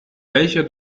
welcher